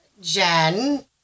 Jen